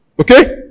Okay